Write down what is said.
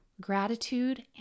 gratitude